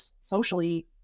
socially